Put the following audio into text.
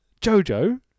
Jojo